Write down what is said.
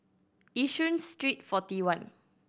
Yishun Street Forty One